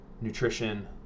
nutrition